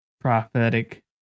prophetic